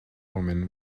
woman